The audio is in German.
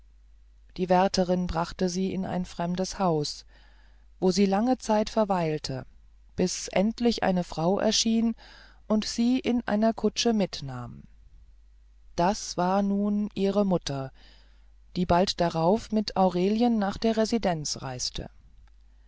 die wärterin brachte sie in ein fremdes haus wo sie lange zeit verweilte bis endlich eine frau erschien und sie in einer kutsche mitnahm das war nun ihre mutter die bald darauf mit aurelien nach der residenz reiste